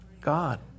God